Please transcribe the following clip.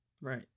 right